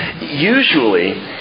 Usually